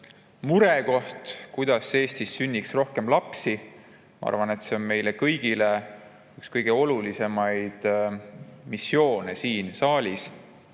murekoht, kuidas Eestis sünniks rohkem lapsi. Ma arvan, et see on meile kõigile üks kõige olulisemaid missioone siin saalis: